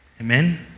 Amen